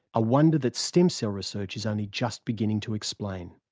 a wonder that stem cell research is only just beginning to explain.